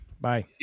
Bye